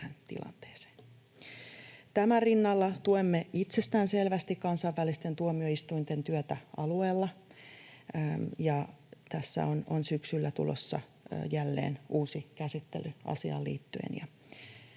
Tämän rinnalla tuemme itsestäänselvästi kansainvälisten tuomioistuinten työtä alueella. Tässä on syksyllä tulossa jälleen uusi käsittely asiaan liittyen.